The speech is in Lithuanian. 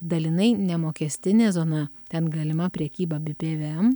dalinai nemokestinė zona ten galima prekyba be pvm